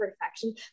perfection